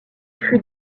fut